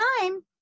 time